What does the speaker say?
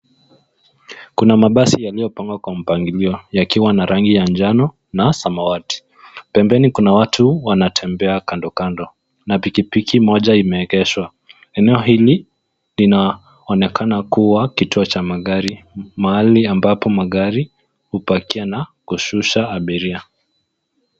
Kuna mabasi yaliyopangwa kwa mpangilio yakiwa na rangi ya njano na samawati. Pembeni kuna watu wanatembea kando kando na pikipiki moja imeegeshwa. Eneo hili linaonekana kuwa kituo cha magari, mahali ambapo magari hupakia na kushusha abiria.